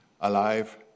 alive